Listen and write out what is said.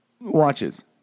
watches